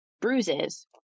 bruises